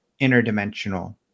interdimensional